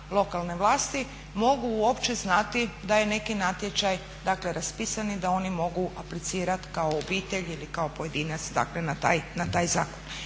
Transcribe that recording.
lokalne vlasti mogu uopće znati da je neki natječaj, dakle raspisan i da oni mogu aplicirati kao obitelj ili kao pojedinac, dakle na taj zakon.